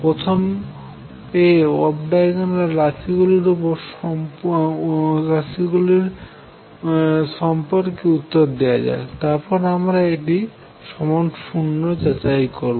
প্রথমে off diagonal রাশি গুলির সম্পর্কে উত্তর দেওয়া যাক তারপর আমার এটি সমান 0 যাচাই করবো